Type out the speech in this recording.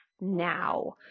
now